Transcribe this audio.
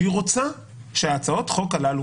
שהיא רוצה שהצעות החוק הללו,